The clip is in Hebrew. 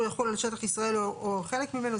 יחול על שטח ישראל או על חלק ממנו.